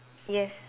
yes